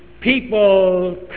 people